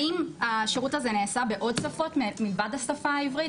האם השירות הזה נעשה בעוד שפות מלבד השפה העברית?